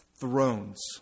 thrones